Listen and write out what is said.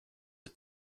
are